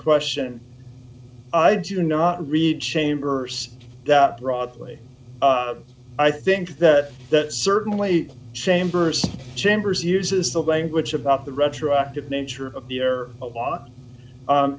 question i do not read chamber that broadly i think that that certainly chambers chambers uses the language about the retroactive nature of the or a l